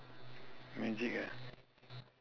magic ah